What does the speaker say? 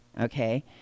okay